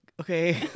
okay